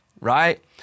right